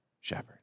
shepherd